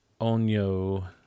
Onyo